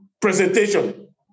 presentation